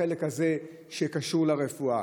בחלק הזה שקשור לרפואה.